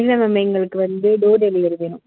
இல்லை மேம் எங்களுக்கு வந்து டோர் டெலிவரி வேணும்